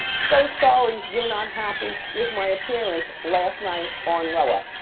so sorry you're not happy with my appearance last night on roa.